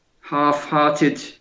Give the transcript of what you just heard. half-hearted